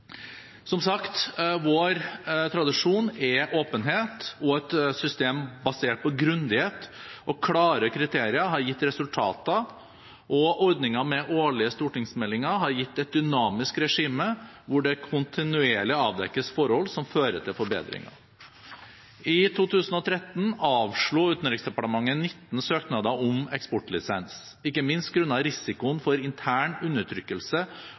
Som sagt: Vår tradisjon er åpenhet. Et system basert på grundighet og klare kriterier har gitt resultater, og ordningen med årlige stortingsmeldinger har gitt et dynamisk regime, hvor det kontinuerlig avdekkes forhold som fører til forbedringer. I 2013 avslo Utenriksdepartementet 19 søknader om eksportlisens, ikke minst grunnet risikoen for intern undertrykkelse